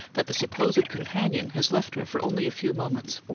that the supposed companion has left her for only a few moments,